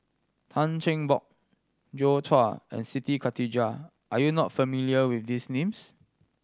Tan Cheng Bock Joi Chua and Siti Khalijah are you not familiar with these names